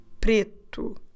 preto